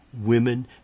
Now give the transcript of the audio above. women